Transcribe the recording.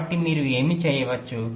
కాబట్టి మీరు ఏమి చేయవచ్చు